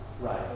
Right